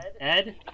Ed